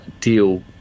deal